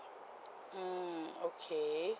mm okay